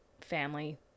family